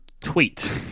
tweet